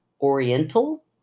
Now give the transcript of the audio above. Oriental